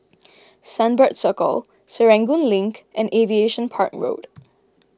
Sunbird Circle Serangoon Link and Aviation Park Road